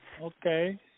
Okay